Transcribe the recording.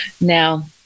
Now